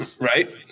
Right